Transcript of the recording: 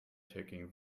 taking